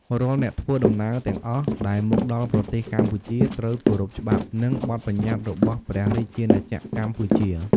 រាល់អ្នកធ្វើដំណើរទាំងអស់ដែលមកដល់ប្រទេសកម្ពុជាត្រូវគោរពច្បាប់ និងបទប្បញ្ញត្តិរបស់ព្រះរាជាណាចក្រកម្ពុជា។